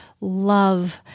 love